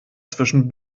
zwischen